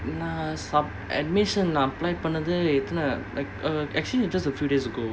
நான்:naan admission apply பண்ணது எத்தனை:pannathu ethanai like uh actually it's just a few days ago